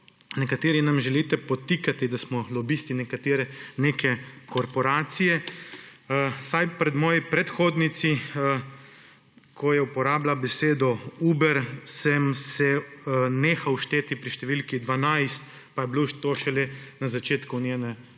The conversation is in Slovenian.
nekateri nam želite podtikati, da smo lobisti nekatere, neke korporacije, saj pri moji predhodnici, ko je uporabila besedo Uber sem se nehal šteti pri številki 12, pa je bilo to šele na začetku njene razprave.